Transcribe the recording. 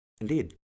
Indeed